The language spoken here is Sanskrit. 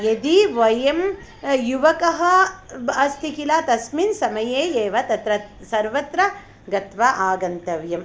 यदि वयं युवकः अस्ति किल तस्मिन् समये एव तत्र सर्वत्र गत्वा आगन्तव्यं